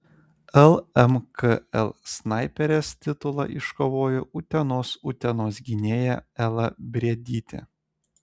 lmkl snaiperės titulą iškovojo utenos utenos gynėja ela briedytė